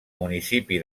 municipi